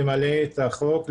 למלא את החוק,